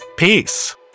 Peace